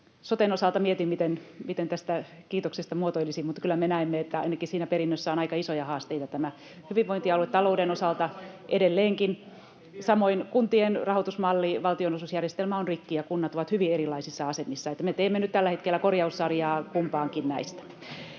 Soten osalta mietin, miten tästä kiitoksen muotoilisin, mutta kyllä me näemme, että ainakin siinä perinnössä on aika isoja haasteita [Välihuuto sosiaalidemokraattien ryhmästä — Antti Kurvisen välihuuto] tämän hyvinvointialuetalouden osalta edelleenkin. Samoin kuntien rahoitusmalli, valtionosuusjärjestelmä, on rikki, ja kunnat ovat hyvin erilaisissa asemissa. Me teemme nyt tällä hetkellä korjaussarjaa kumpaankin näistä.